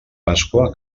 pasqua